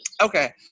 Okay